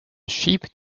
sheep